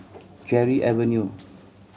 Cherry Avenue